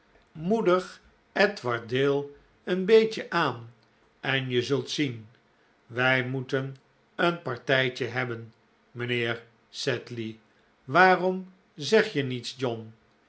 moedig edward dale een beetje aan en je zult zien wij moeten een partijtje hebben mijnheer s waarom zeg je niets john